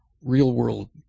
real-world